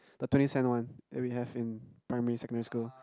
the twenty cent one that we have in primary secondary school